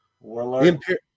Warlord